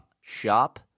shop